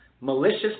malicious